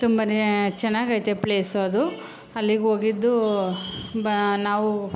ತುಂಬನೇ ಚೆನ್ನಾಗೈತೆ ಪ್ಲೇಸ್ ಅದು ಅಲ್ಲಿಗೆ ಹೋಗಿದ್ದು ಬ್ ನಾವು